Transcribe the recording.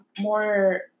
more